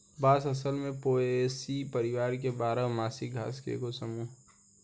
बांस असल में पोएसी परिवार के बारह मासी घास के एगो समूह ह